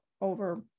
over